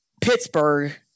Pittsburgh